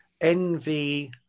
envy